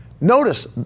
Notice